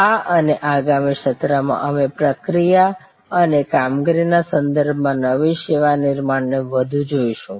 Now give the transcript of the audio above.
આ અને આગામી સત્રમાં અમે પ્રક્રિયા અને કામગીરીના સંદર્ભમાં નવી સેવા નિર્માણને વધુ જોઈશું